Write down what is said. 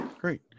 great